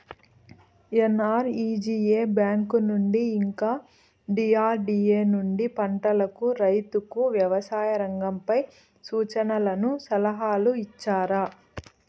NREGA bank నుండి ఇంకా DRDA నుండి పంటలకు రైతుకు వ్యవసాయ రంగంపై సూచనలను సలహాలు ఇచ్చారా